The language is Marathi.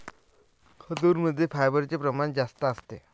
खजूरमध्ये फायबरचे प्रमाण जास्त असते